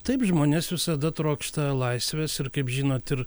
taip žmonės visada trokšta laisvės ir kaip žinot ir